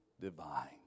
divine